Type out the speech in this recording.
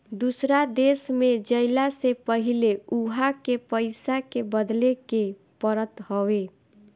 दूसरा देश में जइला से पहिले उहा के पईसा के बदले के पड़त हवे